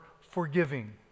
forgiving